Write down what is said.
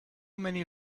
many